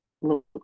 look